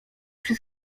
przez